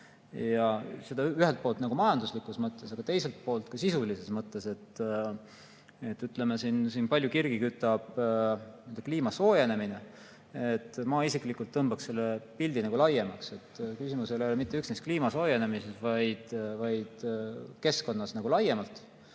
Seda ühelt poolt majanduslikus mõttes, aga teiselt poolt ka sisulises mõttes. Palju kirgi kütab kliima soojenemine, aga ma isiklikult tõmbaks selle pildi nagu laiemaks. Küsimus ei ole mitte üksnes kliima soojenemises, vaid keskkonnas laiemalt.